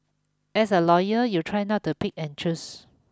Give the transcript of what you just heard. as a lawyer you try not to pick and choose